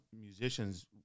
musicians